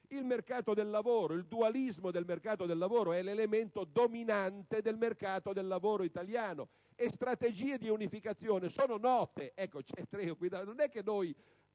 questi due fattori. Il dualismo del mercato del lavoro è l'elemento dominante del mercato del lavoro italiano, e strategie di unificazione sono note, non è che non